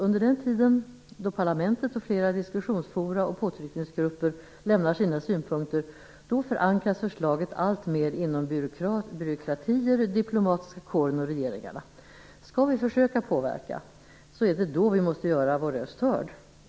Under den tid då parlamentet och flera andra diskussionsforum och påtryckningsgrupper lämnar sina synpunkter förankras förslaget alltmer inom byråkratier, diplomatiska kåren och regeringarna. Skall vi försöka påverka är det då vi måste göra vår röst hörd.